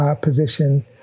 position